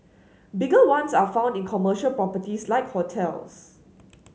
bigger ones are found in commercial properties like hotels